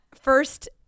first